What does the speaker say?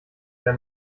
der